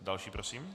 Další prosím.